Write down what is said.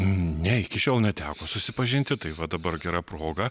ne iki šiol neteko susipažinti tai va dabar gera proga